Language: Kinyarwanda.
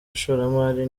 ishoramari